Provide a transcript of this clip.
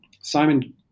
Simon